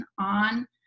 on